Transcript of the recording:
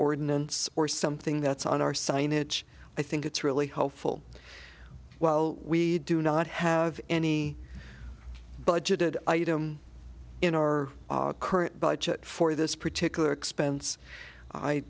ordinance or something that's on our signage i think it's really helpful while we do not have any budgeted item in our current budget for this particular expense i